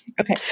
Okay